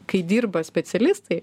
kai dirba specialistai